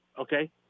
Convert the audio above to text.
okay